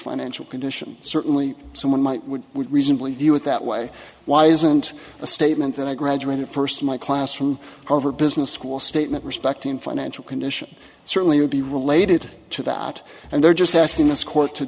financial condition certainly someone might would reasonably deal with that way why isn't the statement that i graduated first my class from over business school statement respecting financial condition certainly would be related to that and they're just asking this court to